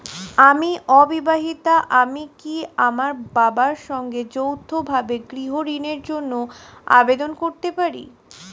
আমি অবিবাহিতা আমি কি আমার বাবার সঙ্গে যৌথভাবে গৃহ ঋণের জন্য আবেদন করতে পারি?